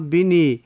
Bini